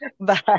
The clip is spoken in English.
Bye